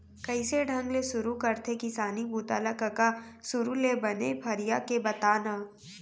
कइसे ढंग ले सुरू करथे किसानी बूता ल कका? सुरू ले बने फरिया के बता न